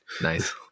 Nice